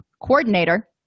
coordinator